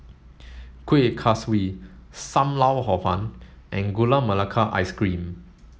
Kuih Kaswi Sam Lau Hor Fun and Gula Melaka Ice Cream